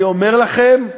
אני אומר לכם,